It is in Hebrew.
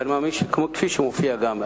כפי שמופיע גם,